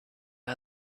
are